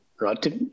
right